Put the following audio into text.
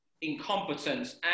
incompetence